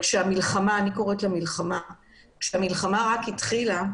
כשהמלחמה במגפה רק התחילה,